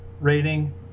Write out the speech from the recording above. rating